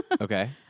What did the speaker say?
Okay